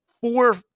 four